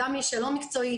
גם מי שלא מקצועי,